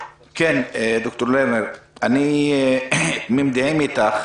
ד"ר לרנר, אני תמים דעים איתך.